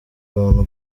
bantu